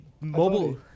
mobile